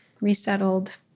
resettled